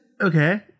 Okay